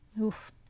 oof